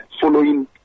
following